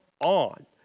on